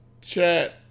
chat